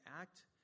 act